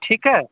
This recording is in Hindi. ठीक है